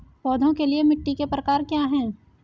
पौधों के लिए मिट्टी के प्रकार क्या हैं?